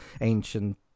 ancient